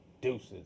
deuces